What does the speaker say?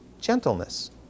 gentleness